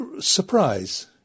Surprise